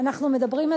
אנחנו מדברים,